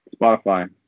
Spotify